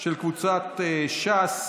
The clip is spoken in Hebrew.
של קבוצת ש"ס.